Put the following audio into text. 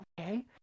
okay